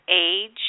age